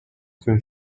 تون